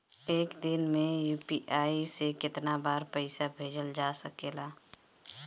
एक दिन में यू.पी.आई से केतना बार पइसा भेजल जा सकेला?